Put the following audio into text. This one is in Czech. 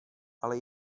ale